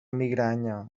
migranya